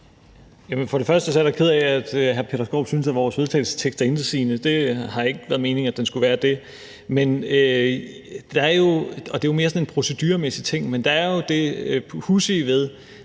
Først er jeg da ked af, at hr. Peter Skaarup synes, at vores vedtagelsestekst er intetsigende. Det har ikke været meningen, at den skulle være det. Det er mere sådan en proceduremæssig ting, men der er jo noget